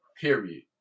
Period